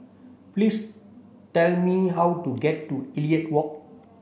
please tell me how to get to Elliot Walk